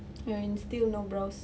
you're in still no brows